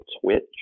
Twitch